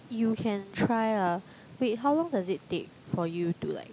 you can try lah wait how long does it take for you to like